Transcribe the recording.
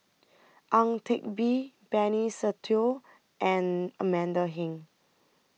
Ang Teck Bee Benny Se Teo and Amanda Heng